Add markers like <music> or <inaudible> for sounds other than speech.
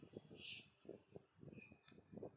<noise>